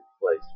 place